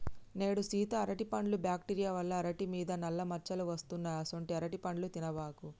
నేడు సీత అరటిపండ్లు బ్యాక్టీరియా వల్ల అరిటి మీద నల్ల మచ్చలు వస్తున్నాయి అసొంటీ అరటిపండ్లు తినబాకు